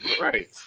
Right